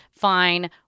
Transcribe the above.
fine